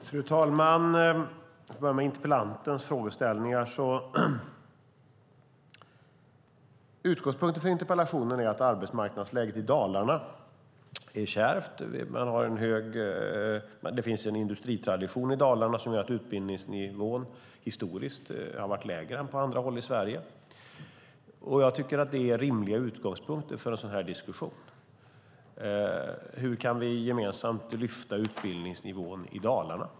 Fru talman! Jag börjar med interpellantens frågeställningar. Utgångspunkten för interpellationen är att arbetsmarknadsläget i Dalarna är kärvt. Det finns en industritradition i Dalarna som gör att utbildningsnivån historiskt har varit lägre än på andra håll i Sverige. Jag tycker att det är rimliga utgångspunkter för en sådan här diskussion: Hur kan vi gemensamt lyfta utbildningsnivån i Dalarna?